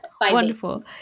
Wonderful